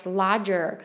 larger